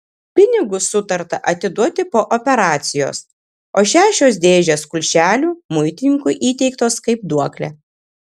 pinigus sutarta atiduoti po operacijos o šešios dėžės kulšelių muitininkui įteiktos kaip duoklė